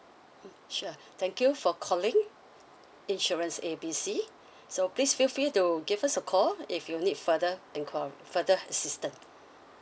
mm sure thank you for calling insurance A B C so please feel free to give us a call if you need further enquiry further assistance